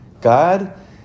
God